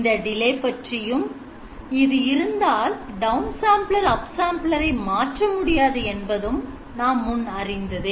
இந்த delay பற்றியும் இது இருந்தால் downsampler upsampler மாற்ற முடியாது என்பதும் நாம் முன் அறிந்ததே